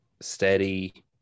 steady